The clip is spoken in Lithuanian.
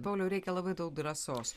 bet pauliau reikia labai daug drąsos